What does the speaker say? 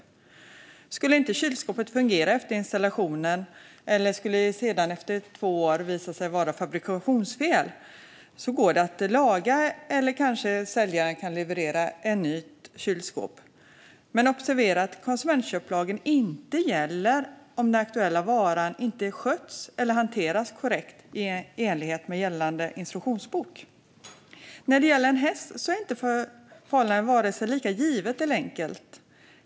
Om kylskåpet inte skulle fungera efter installationen eller om det efter två år visar sig vara fabrikationsfel går det att laga, eller också kanske säljaren kan leverera ett nytt kylskåp. Men observera att konsumentköplagen inte gäller om den aktuella varan inte skötts eller hanterats korrekt i enlighet med gällande instruktionsbok. När det gäller en häst är förhållandet inte lika givet eller enkelt.